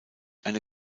eine